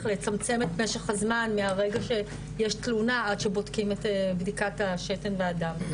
לצמצם את משך הזמן מהרגע שיש תלונה עד שבודקים את בדיקת השתן והדם.